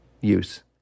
use